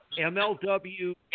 MLW